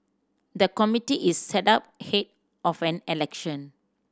the committee is set up ahead of an election